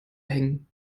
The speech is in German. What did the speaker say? hängen